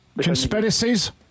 Conspiracies